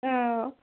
অঁ